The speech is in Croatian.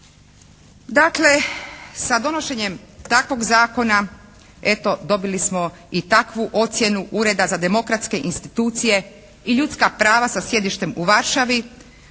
Dakle sa donošenjem takvog zakona eto dobili smo i takvu ocjenu Ureda za demokratske institucije i ljudska prava sa sjedištem u Varšavi